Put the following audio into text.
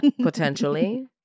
Potentially